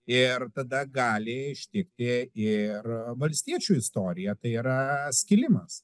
ir tada gali ištikti ir valstiečių istorija tai yra skilimas